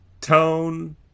tone